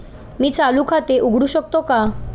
मी चालू खाते उघडू शकतो का?